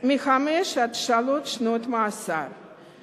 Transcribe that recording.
משלוש עד חמש שנות מאסר,